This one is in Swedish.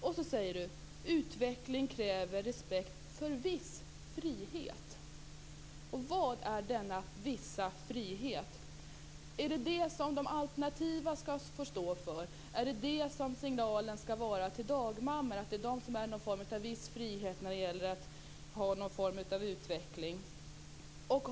Sedan säger hon: Utveckling kräver respekt för viss frihet. Och vad menas med viss frihet? Är det det som alternativen skall få stå för? Är det det som signalen skall vara till dagmammor, att det är de som utgör en form av viss frihet när det gäller utveckling?